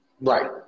Right